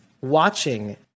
watching